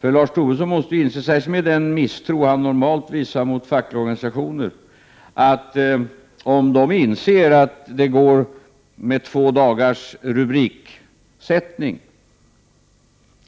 Med den misstro som Lars Tobisson normalt visar mot fackliga organisationer måste han inse att om dessa får klart för sig att det med två dagars rubriksättning